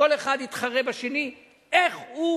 כל אחד התחרה בשני איך הוא